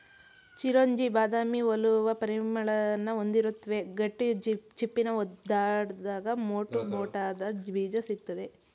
ಚಿರೊಂಜಿ ಬಾದಾಮಿ ಹೋಲುವ ಪರಿಮಳನ ಹೊಂದಿರುತ್ವೆ ಗಟ್ಟಿ ಚಿಪ್ಪನ್ನು ಒಡ್ದಾಗ ಮೋಟುಮೋಟಾದ ಬೀಜ ಸಿಗ್ತದೆ